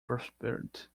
prospered